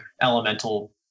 elemental